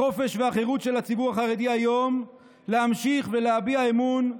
החופש והחירות של הציבור החרדי היום להמשיך ולהביע אמון ברבותיו,